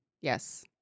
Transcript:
Yes